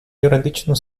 юридичну